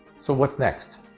so what's next?